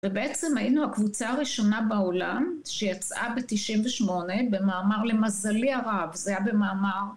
ובעצם היינו הקבוצה הראשונה בעולם שיצאה ב-98 במאמר למזלי הרב, זה היה במאמר